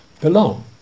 Belong